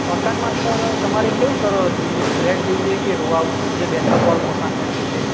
મકાનમાં સર તમારે કેવું સર જોઈએ ફ્લેટ જોઈએ કે રો હાઉસ જે બેઠકવાળું મકાન હોય છે તે